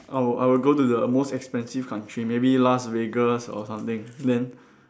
I will I will go to the most expensive country maybe Las-Vegas or something then